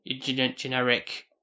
generic